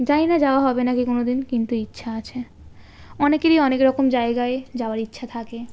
জানি না যাওয়া হবে নাকি কোনো দিন কিন্তু ইচ্ছা আছে অনেকেরই অনেক রকম জায়গায় যাওয়ার ইচ্ছা থাকে